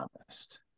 honest